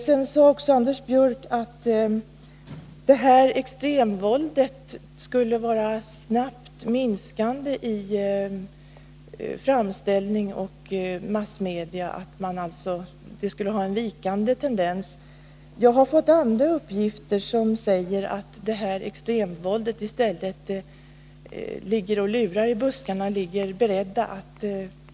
Sedan sade också Anders Björck att framställningen av extremvåldet skulle minska snabbt, att det alltså skulle ha en vikande tendens. Jag har fått andra uppgifter som säger att extremvåldet i stället ligger och lurar i buskarna.